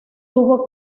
tuvo